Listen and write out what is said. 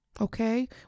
Okay